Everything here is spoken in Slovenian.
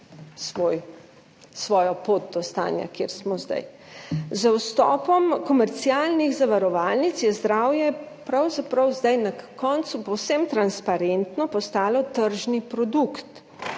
svojo pot do stanja, kjer smo zdaj. Z vstopom komercialnih zavarovalnic je zdravje pravzaprav zdaj na koncu povsem transparentno postalo tržni produkt,